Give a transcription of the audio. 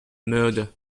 murder